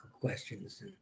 questions